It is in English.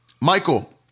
Michael